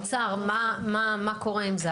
האוצר, מה קורה עם זה?